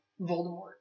Voldemort